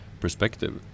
perspective